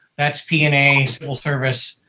that's p and a, civil service,